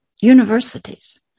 universities